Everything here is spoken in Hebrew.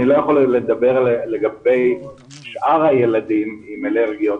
אני לא יכול לדבר לגבי שאר הילדים עם אלרגיות